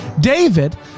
David